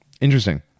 Interesting